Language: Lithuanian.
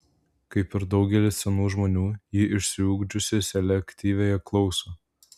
kaip ir daugelis senų žmonių ji išsiugdžiusi selektyviąją klausą